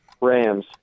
Rams